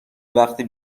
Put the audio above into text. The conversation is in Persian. وقتی